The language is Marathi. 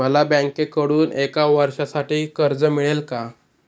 मला बँकेकडून एका वर्षासाठी कर्ज मिळेल का?